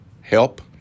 help